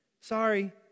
Sorry